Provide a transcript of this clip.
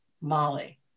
Molly